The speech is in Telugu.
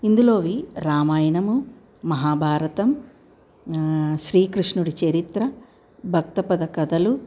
ఇందులో రామాయణము మహాభారతం శ్రీకృష్ణుడి చరిత్ర భక్తపద కథలు